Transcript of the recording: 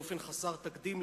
באופן חסר תקדים,